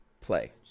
play